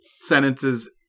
sentences